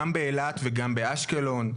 גם באילת וגם באשקלון.